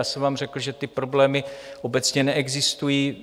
Já jsem vám řekl, že ty problémy obecně neexistují.